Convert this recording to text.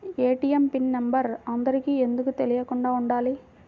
ATM pin number అందరికి ఎందుకు తెలియకుండా ఉండాలి?